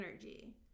energy